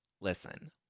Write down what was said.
listen